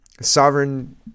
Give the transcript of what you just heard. Sovereign